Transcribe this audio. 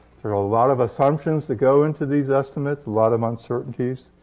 there are a lot of assumptions that go into these estimates. a lot of uncertainties.